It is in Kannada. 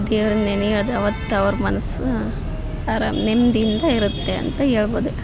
ದೇವ್ರನ್ನ ನೆನೆಯೋದು ಅವತ್ತು ಅವ್ರ ಮನಸ್ಸು ಆರಾಮ ನೆಮ್ಮದಿಯಿಂದ ಇರುತ್ತೆ ಅಂತ ಹೇಳ್ಬೋದು